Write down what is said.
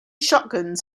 shotguns